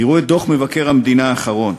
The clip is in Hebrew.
תראו את דוח מבקר המדינה האחרון.